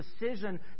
decision